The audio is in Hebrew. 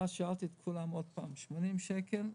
ואז שאלתי את כולם עוד פעם: 80 שקל?